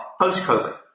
post-COVID